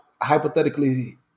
hypothetically